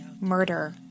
Murder